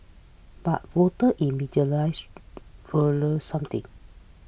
but voter something